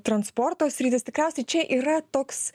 transporto sritis tikriausiai čia yra toks